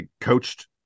coached